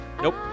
Nope